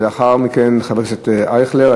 לאחר מכן, חבר הכנסת אייכלר.